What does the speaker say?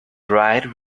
bright